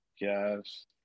Yes